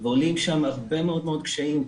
ועולים שם הרבה מאוד קשיים,